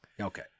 Okay